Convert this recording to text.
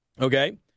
okay